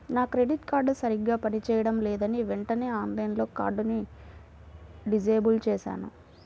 నా credit card సరిగ్గా పని చేయడం లేదని వెంటనే ఆన్లైన్లో కార్డుని డిజేబుల్ చేశాను